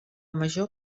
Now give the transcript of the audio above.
major